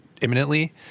imminently